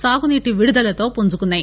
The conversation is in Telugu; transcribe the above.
సాగునీటి విడుదలతో పుంజుకున్నాయి